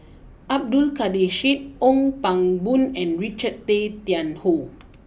Abdul Kadir Syed Ong Pang Boon and Richard Tay Tian Hoe